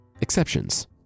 exceptions